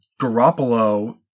Garoppolo